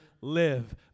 live